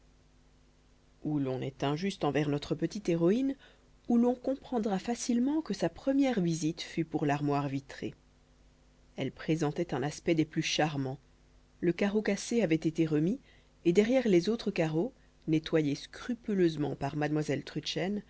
ou l'on est injuste envers notre petite héroïne ou l'on comprendra facilement que sa première visite fut pour l'armoire vitrée elle présentait un aspect des plus charmants le carreau cassé avait été remis et derrière les autres carreaux nettoyés scrupuleusement par mademoiselle trudchen